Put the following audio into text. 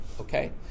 Okay